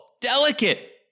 delicate